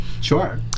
Sure